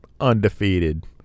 undefeated